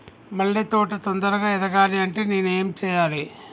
మల్లె తోట తొందరగా ఎదగాలి అంటే నేను ఏం చేయాలి?